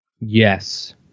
Yes